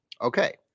Okay